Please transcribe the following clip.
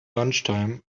lunchtime